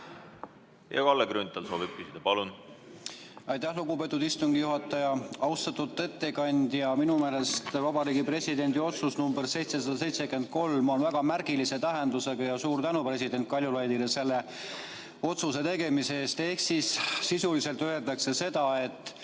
Kalle Grünthal soovib küsida. Palun! Aitäh, lugupeetud istungi juhataja! Austatud ettekandja! Minu meelest Vabariigi Presidendi otsus nr 773 on väga märgilise tähendusega ja suur tänu president Kaljulaidile selle otsuse tegemise eest. Ehk sisuliselt öeldakse seda, et